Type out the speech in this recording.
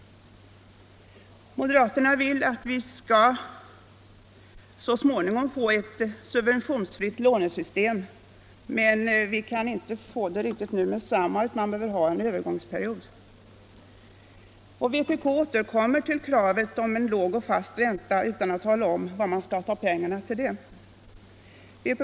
Moderaterna vill att vi så småningom skall få ett subventionsfritt lånesystem, alltså inte riktigt nu med detsamma utan efter en övergångsperiod. Vpk återkommer till kravet på en låg och fast ränta utan att tala om var man skall ta pengarna till den saken.